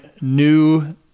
new